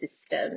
system